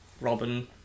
Robin